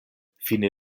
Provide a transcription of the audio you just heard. fine